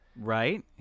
Right